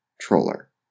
troller